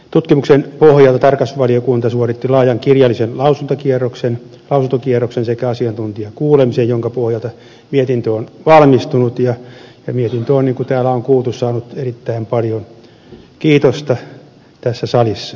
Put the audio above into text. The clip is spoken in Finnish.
tutkimuksen pohjalta tarkastusvaliokunta suoritti laajan kirjallisen lausuntokierroksen sekä asiantuntijakuulemisen joiden pohjalta mietintö on valmistunut ja mietintö on niin kuin täällä on kuultu saanut erittäin paljon kiitosta tässä salissa